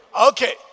Okay